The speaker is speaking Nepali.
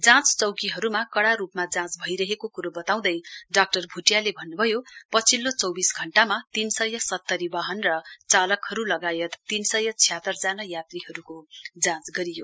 जाँच चौकीहरूमा कड़ा रूपमा जाँच भइरहेको कुरो बताउँदै डाक्टर भुटियाले भन्नुभयो पछिल्लो चौविस घण्टामा तीन सय सत्तरी वाहन र चालकहरू लगायत तीन सय छ्यात्रर जना यात्रीहरूको जाँच गरियो